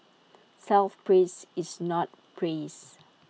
self praise is not praise